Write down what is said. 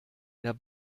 der